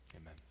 Amen